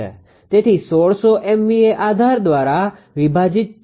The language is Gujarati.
તેથી 1600 MVA આધાર દ્વારા વિભાજીત છે